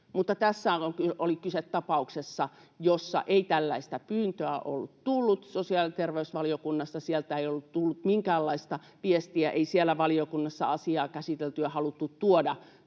tässä oli kyse tapauksesta, jossa ei tällaista pyyntöä ollut tullut. Sosiaali- ja terveysvaliokunnasta ei ollut tullut minkäänlaista viestiä. Ei valiokunnassa asiaa käsitelty ja haluttu tuoda